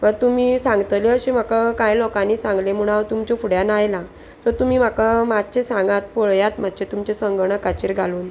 वा तुमी सांगतले अशें म्हाका कांय लोकांनी सांगलें म्हूण हांव तुमच्या फुड्यान आयलां सो तुमी म्हाका मातशें सांगात पळयात मातशें तुमचें संगणकाचेर घालून